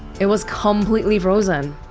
it was completely frozen.